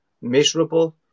miserable